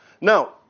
Now